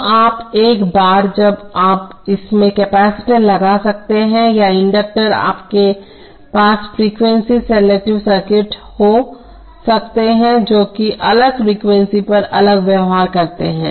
तो आप एक बार जब आप इसमें कैपेसिटर लगा सकते हैं या इंडक्टर्स आपके पास फ़्रीक्वेंसी सेलेक्टिव सर्किट हो सकते हैं जो कि अलग फ़्रीक्वेंसी पर अलग व्यवहार करते हैं